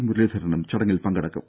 മുരളീധരനും ചടങ്ങിൽ പങ്കെടുക്കും